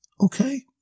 Okay